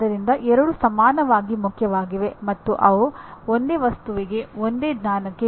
ಆದ್ದರಿಂದ ಗ್ರಾಹಕರ ಅಗತ್ಯತೆಗಳ ಮತ್ತು ಮಾರುಕಟ್ಟೆಯ ಪ್ರವೃತ್ತಿಗಳ ಅರಿವು ಯಾವುದೇ ಉತ್ತಮ ಎಂಜಿನಿಯರ್ನ ಅವಶ್ಯಕತೆ